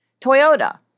Toyota